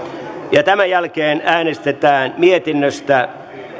ja tämän jälkeen äänestetään mietinnöstä